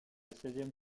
seizième